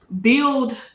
build